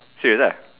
here lah